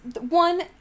one